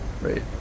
Right